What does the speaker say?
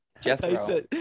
Jethro